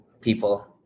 people